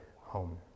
home